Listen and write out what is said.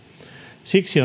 siksi